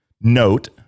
note